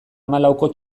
hamalauko